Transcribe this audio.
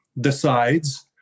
decides